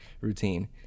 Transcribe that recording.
routine